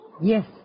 Yes